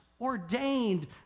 ordained